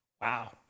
wow